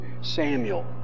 Samuel